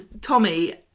Tommy